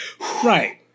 Right